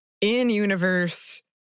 in-universe